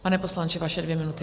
Pane poslanče, vaše dvě minuty.